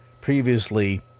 previously